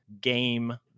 game